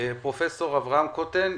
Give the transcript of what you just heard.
פרופ' אברהם קוטן,